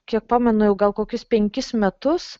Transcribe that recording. kiek pamenu jau gal kokius penkis metus